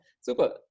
super